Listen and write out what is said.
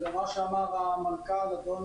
ולמה שאמר המנכ"ל, אדון